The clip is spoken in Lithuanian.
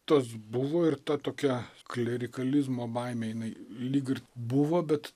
tas buvo ir ta tokia klerikalizmo baimė jinai lyg ir buvo bet